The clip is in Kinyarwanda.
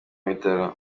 bitaro